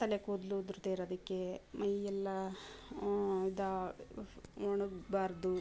ತಲೆ ಕೂದಲು ಉದುರದೇ ಇರೋದಕ್ಕೆ ಮೈಯೆಲ್ಲ ಇದು ಒಣಗಬಾರ್ದು